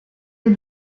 did